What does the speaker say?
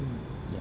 ya